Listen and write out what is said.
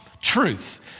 truth